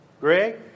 Greg